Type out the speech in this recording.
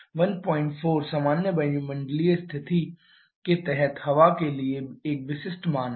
14 सामान्य वायुमंडलीय स्थिति के तहत हवा के लिए एक विशिष्ट मान है